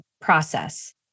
process